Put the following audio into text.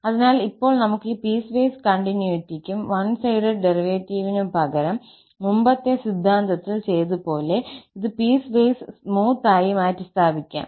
അതിനാൽ ഇപ്പോൾ നമുക്ക് ഈ പീസ്വൈസ് കണ്ടിന്യൂറ്റിക്കും വൺ സൈഡഡ് ഡെറിവേറ്റീവിനുപകരം മുമ്പത്തെ സിദ്ധാന്തത്തിൽ ചെയ്തതുപോലെ ഇത് പീസ്വൈസ് സ്മൂത്ത് ആയി മാറ്റിസ്ഥാപിക്കാം